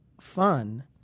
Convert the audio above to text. fun